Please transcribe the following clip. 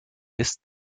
ist